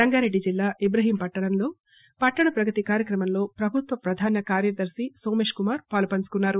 రంగారెడ్డి జిల్లా ఇబ్రహీంపట్నంలో పట్టణ ప్రగతి కార్చక్రమంలో ప్రభుత్వ ప్రధాన కార్యదర్భి నోమేష్ కుమార్ పాలుపంచుకున్నారు